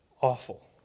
awful